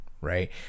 Right